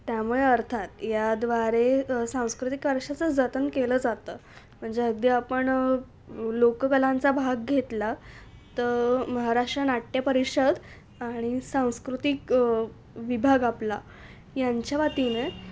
त्यामुळे अर्थात याद्वारे सांस्कृतिक वारशाचं जतन केलं जातं म्हणजे अगदी आपण लोककलांचा भाग घेतला तर महाराष्ट्र नाट्य परिषद आणि सांस्कृतिक विभाग आपला यांच्या वतीने